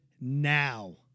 now